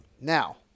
Now